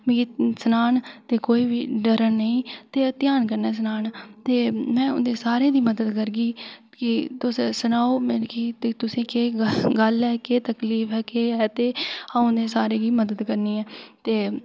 सनान ते कोई बी डरन नेईं ते ध्यान कन्नेै सनान ते में उ'नें सारें दी मदद करगी के तुस सनाओ के तुसें गी केह् गल्ल ऐ केह् तकलीफ ऐ ते केह् ऐ ते अ'ऊं उनें सारें दी मदद करनी ऐ